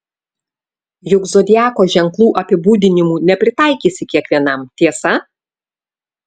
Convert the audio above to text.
juk zodiako ženklų apibūdinimų nepritaikysi kiekvienam tiesa